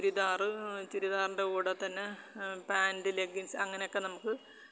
ചുരിദാറ് ചുരിദാർൻ്റെ കൂടെത്തന്നെ pant leggings അങ്ങനെയൊക്കെ നമുക്ക്